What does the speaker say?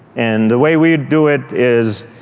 and the way we do it is,